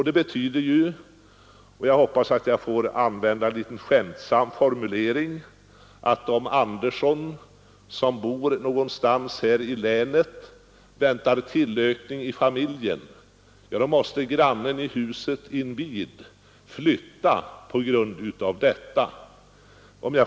Det betyder — och jag hoppas att jag får använda en skämtsam formulering — att om Andersson som bor någonstans i länet väntar tillökning i familjen, måste grannen i huset intill flytta på grund av detta.